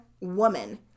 woman